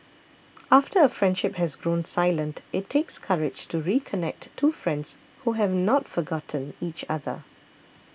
after a friendship has grown silent it takes courage to reconnect two friends who have not forgotten each other